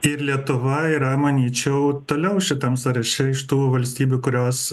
ir lietuva yra manyčiau toliau šitam sąraše iš tų valstybių kurios